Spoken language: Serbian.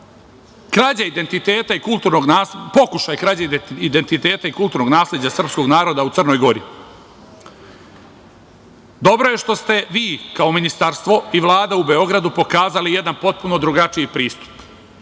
pokušaj krađe identiteta i kulturnog nasleđa srpskog naroda u Crnoj Gori. Dobro je što ste vi kao Ministarstvo i Vlada u Beogradu pokazali jedan potpuno drugačiji pristup.